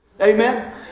Amen